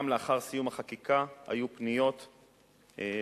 גם לאחר סיום החקיקה היו פניות רבות,